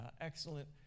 excellent